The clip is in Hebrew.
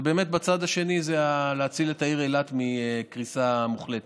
ובאמת הצד השני זה להציל את העיר אילת מקריסה מוחלטת.